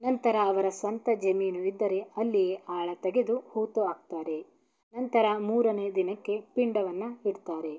ನಂತರ ಅವರ ಸ್ವಂತ ಜಮೀನು ಇದ್ದರೆ ಅಲ್ಲಿಯೇ ಆಳ ತೆಗೆದು ಹೂತು ಹಾಕ್ತಾರೆ ನಂತರ ಮೂರನೇ ದಿನಕ್ಕೆ ಪಿಂಡವನ್ನು ಬಿಡ್ತಾರೆ